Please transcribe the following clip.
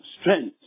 strengths